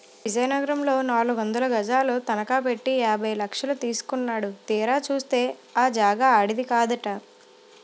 మొన్న విజయనగరంలో నాలుగొందలు గజాలు తనఖ పెట్టి యాభై లక్షలు తీసుకున్నాడు తీరా చూస్తే ఆ జాగా ఆడిది కాదట